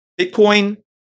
Bitcoin